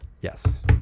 Yes